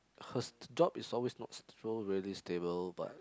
her s~ job is always not so really stable but